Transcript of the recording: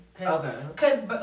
Okay